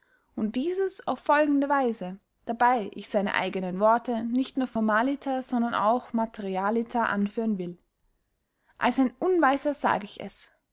und dieses auf folgende weise dabey ich seine eigenen worte nicht nur formaliter sondern auch materialiter anführen will als ein unweiser sag ich es